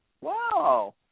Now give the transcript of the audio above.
Wow